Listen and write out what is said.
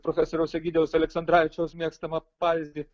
profesoriaus egidijaus aleksandravičiaus mėgstamą pavyzdį